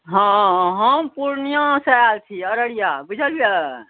हँ हम पूर्णिआँसॅं आयल छी अररिया बुझलियै